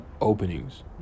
openings